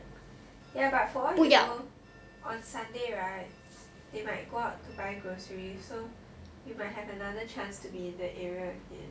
ya but for all you know on sunday right they might go out to buy groceries so you might have another chance to be in the area